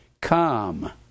come